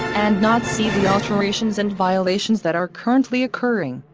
and not see the alterations and violations that are currently occurring.